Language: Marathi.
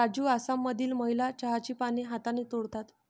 राजू आसाममधील महिला चहाची पाने हाताने तोडतात